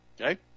Okay